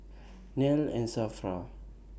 Nel and SAFRA